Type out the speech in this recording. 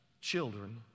Children